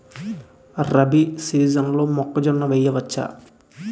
రబీ సీజన్లో మొక్కజొన్న వెయ్యచ్చా?